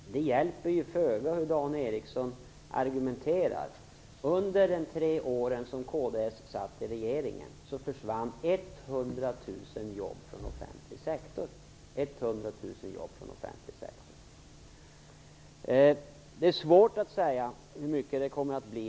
Fru talman! Det hjälper ju föga hur Dan Ericsson argumenterar. Under de tre åren som kds satt i regeringen försvann 100 000 jobb från den offentliga sektorn. Det är svårt att säga hur situationen kommer att bli.